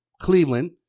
Cleveland